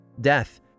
Death